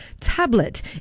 tablet